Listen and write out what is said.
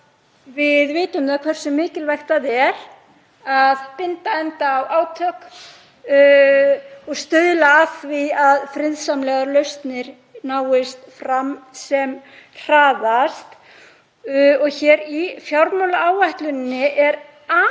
við vitum hversu mikilvægt það er að binda enda á átök og stuðla að því að friðsamlegar lausnir náist fram sem hraðast. Hér í fjármálaáætluninni er